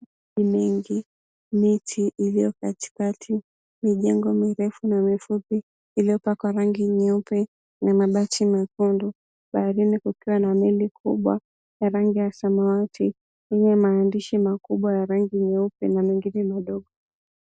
Mingi, miti iliyo katikati, mijengo mirefu na mifupi iliyopakwa rangi nyeupe na mabati mekundu. Baharini kukiwa na meli kubwa ya rangi ya samawati yenye maandishi makubwa ya rangi nyeupe na mengine madogo.